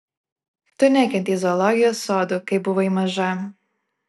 tu nekentei zoologijos sodų kai buvai maža